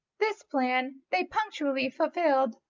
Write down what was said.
this plan they punctually fulfilled,